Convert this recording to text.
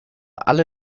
alle